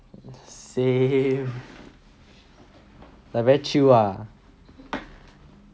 same like very chill ah